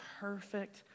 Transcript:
perfect